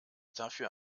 dafür